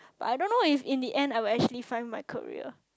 but I don't know if in the end I will actually find my career